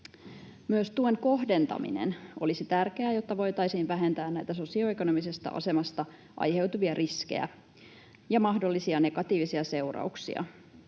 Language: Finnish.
Myös tuen kohdentaminen olisi tärkeää, jotta voitaisiin vähentää näitä sosioekonomisesta asemasta aiheutuvia riskejä ja mahdollisia negatiivisia seurauksia.